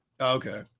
Okay